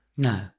No